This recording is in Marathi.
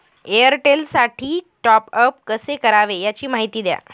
एअरटेलसाठी टॉपअप कसे करावे? याची माहिती द्या